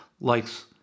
likes